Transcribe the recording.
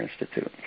Institute